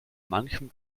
manchem